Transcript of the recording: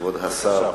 כבוד השר,